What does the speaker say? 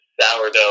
sourdough